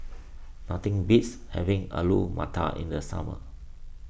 nothing beats having Alu Matar in the summer